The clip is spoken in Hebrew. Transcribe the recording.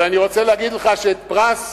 אבל אני רוצה להגיד לך שאת פרס